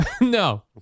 No